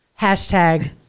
hashtag